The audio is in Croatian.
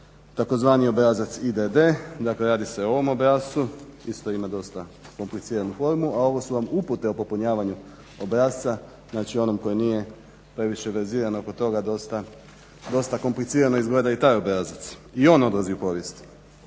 tzv. obrazac IDD, dakle radi se o ovom obrascu, isto ima dosta kompliciranu formu a ovo su vam upute o popunjavanju obrasca, znači onom koji nije previše baziran oko toga dosta komplicirano izgleda i taj obrazac, i on odlazi u povijest.